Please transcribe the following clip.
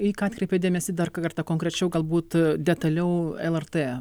į ką atkreipė dėmesį dar kartą konkrečiau galbūt detaliau lrt